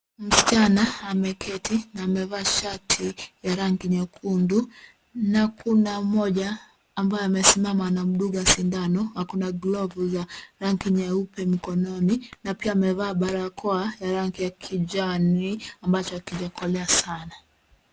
Msichana ameketi na amevaa shati ya rangi nyekundu na kuna mmoja ambaye amesimama anamdunga sindano, ako na glovu za rangi nyeupe mkononi na pia amevaa barakoa ya rangi ya kijani ambacho hakijakolea sana.